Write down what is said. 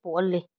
ꯄꯣꯛꯍꯜꯂꯤ